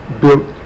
built